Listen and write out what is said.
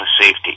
safety